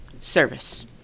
Service